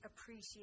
appreciate